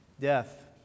Death